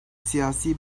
siyasi